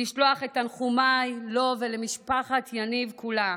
לשלוח את תנחומיי לו ולמשפחת יניב כולה.